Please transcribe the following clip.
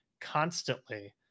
constantly